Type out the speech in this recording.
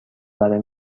برای